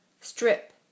Strip